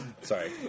Sorry